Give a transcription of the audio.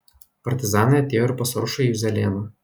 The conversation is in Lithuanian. partizanai atėjo ir pas aršųjį juzelėną